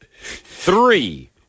Three